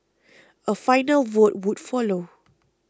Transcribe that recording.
a final vote would follow